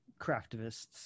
craftivists